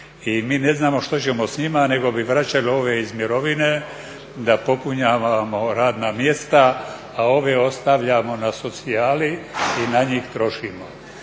I mi ne znamo što ćemo s njima nego bi vraćali ove iz mirovine da popunjavamo radna mjesta, a ove ostavljamo na socijali i na njih trošimo.